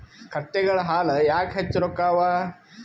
ಕತ್ತೆಗಳ ಹಾಲ ಯಾಕ ಹೆಚ್ಚ ರೊಕ್ಕ ಅವಾ?